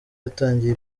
yatangiye